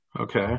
Okay